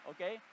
Okay